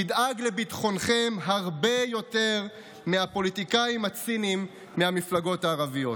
תדאג לביטחונכם הרבה יותר מהפוליטיקאים הציניים מהמפלגות הערביות.